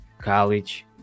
college